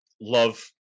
love